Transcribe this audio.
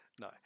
No